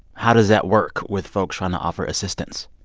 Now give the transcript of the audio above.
how does that work with folks trying to offer assistance?